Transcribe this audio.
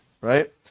right